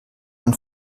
man